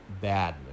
bad